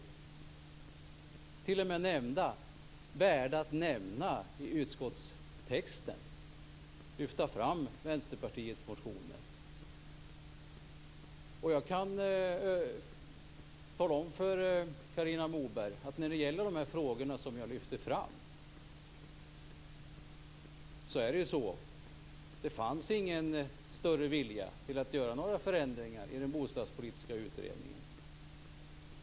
De är t.o.m. värda att nämnas i utskottstexten, där man lyfter fram Vänsterpartiets motioner. Jag kan tala om för Carina Moberg att när det gäller de frågor som jag lyfte fram fanns det inte någon större vilja att göra några förändringar i den bostadspolitiska utredningen.